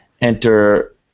enter